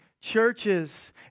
churches